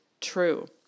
true